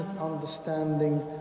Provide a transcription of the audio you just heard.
understanding